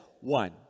one